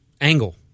angle